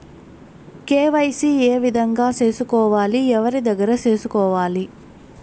KYC ఏ విధంగా సేసుకోవాలి? ఎవరి దగ్గర సేసుకోవాలి?